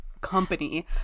company